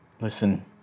Listen